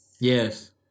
Yes